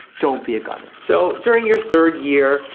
don't be a gunner. so during your third year,